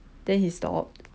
then he stopped